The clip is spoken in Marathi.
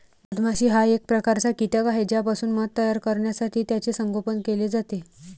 मधमाशी हा एक प्रकारचा कीटक आहे ज्यापासून मध तयार करण्यासाठी त्याचे संगोपन केले जाते